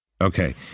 Okay